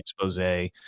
expose